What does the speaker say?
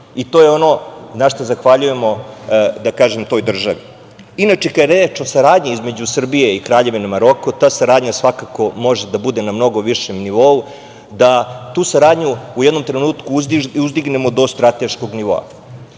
To je ono na šta zahvaljujemo toj državi. Inače, kada je reč o saradnji između Srbije i Kraljevine Maroko, ta saradnja svakako može da bude na mnogo višem nivou, da tu saradnju u jednom trenutku uzdignemo do strateškog nivoa. Kada